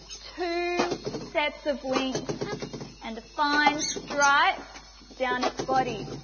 two sets of wings and a fine stripe down its body,